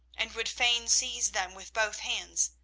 and would fain seize them with both hands.